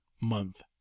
month